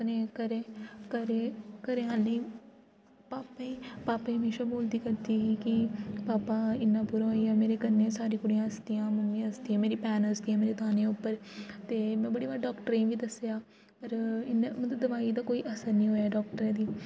अपने घरै घरै घरै आह्लें गी पापे पापे हमेशा बोलदी करदी ही कि पापा इन्ना बुरा होई गेआ मेरे कन्नै सारी कुड़ियां हसदियां मम्मी हसदियां मेरी भैन हसदियां मेरे दाने उप्पर ते में बड़ी बारी डाक्टरें बी दस्सेआ पर इन्नै मतलब दवाई दा कोई असर नि होएआ डाक्टरै दी